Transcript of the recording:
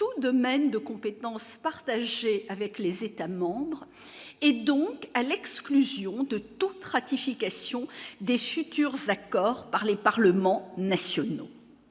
tous domaines de compétences partagées avec les États membres et donc à l'exclusion de toute ratification des Tursz accord par les parlements nationaux